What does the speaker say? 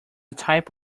type